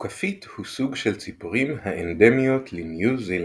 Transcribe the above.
אוכפית הוא סוג של ציפורים האנדמיות לניו זילנד.